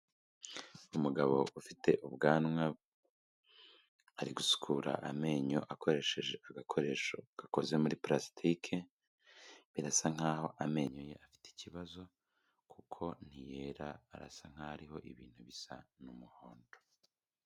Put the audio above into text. Umugabo ufite ubwanwa, ari gusukura amenyo akoresheje agakoresho gakoze muri palasitike, birasa nk'aho amenyo ye afite ikibazo, kuko ntiyera arasa nk'aho ariho ibintu bisa n'umuhondo.